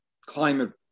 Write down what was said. climate